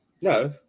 no